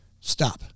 stop